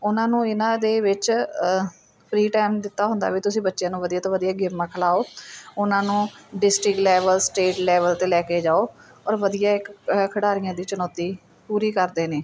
ਉਹਨਾਂ ਨੂੰ ਇਹਨਾਂ ਦੇ ਵਿੱਚ ਫ੍ਰੀ ਟਾਈਮ ਦਿੱਤਾ ਹੁੰਦਾ ਵੀ ਤੁਸੀਂ ਬੱਚਿਆਂ ਨੂੰ ਵਧੀਆ ਤੋਂ ਵਧੀਆ ਗੇਮਾਂ ਖਿਡਾਓ ਉਹਨਾਂ ਨੂੰ ਡਿਸਟ੍ਰਿਕ ਲੈਵਲ ਸਟੇਟ ਲੈਵਲ 'ਤੇ ਲੈ ਕੇ ਜਾਓ ਔਰ ਵਧੀਆ ਇੱਕ ਅ ਖਿਡਾਰੀਆਂ ਦੀ ਚੁਣੌਤੀ ਪੂਰੀ ਕਰਦੇ ਨੇ